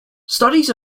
studies